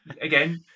Again